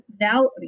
now